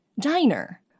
Diner